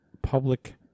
public